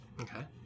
Okay